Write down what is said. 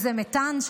מתאן,